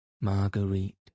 Marguerite